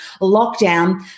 lockdown